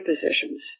positions